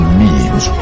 memes